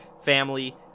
Family